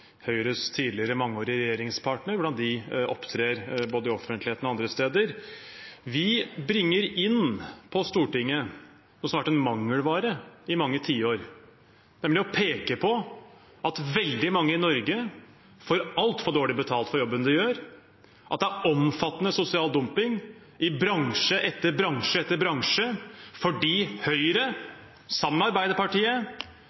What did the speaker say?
Høyres tidligere og mangeårige regjeringspartner – av hvordan de opptrer både i offentligheten og andre steder. Vi bringer inn på Stortinget noe som har vært en mangelvare i mange tiår, nemlig å peke på at veldig mange i Norge får altfor dårlig betalt for jobben de gjør, og at det er omfattende sosial dumping i bransje etter bransje etter bransje fordi